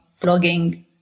blogging